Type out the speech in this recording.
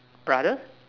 brother